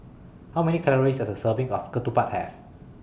How Many Calories Does A Serving of Ketupat Have